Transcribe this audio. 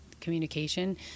communication